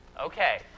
Okay